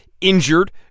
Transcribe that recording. injured